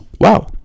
wow